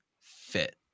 fit